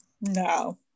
no